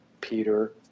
Peter